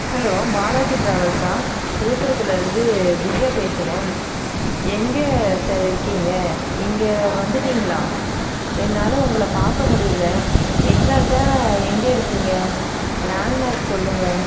hello Balaji ட்ராவல்ஸா விழுப்புரத்துலேருந்து திவ்யா பேசுகிறேன் எங்கே சார் இருக்கிங்க இங்கே வந்துட்டீங்களா என்னால் உங்களை பார்க்க முடியல எக்ஸாட்டாக எங்கே இருக்கிங்க லேண்ட்மார்க் சொல்லுங்கள்